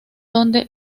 donde